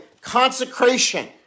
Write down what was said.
Consecration